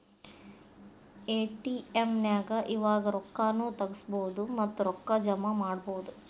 ATM ನ್ಯಾಗ್ ಇವಾಗ ರೊಕ್ಕಾ ನು ತಗ್ಸ್ಕೊಬೊದು ಮತ್ತ ರೊಕ್ಕಾ ಜಮಾನು ಮಾಡ್ಬೊದು